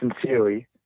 sincerely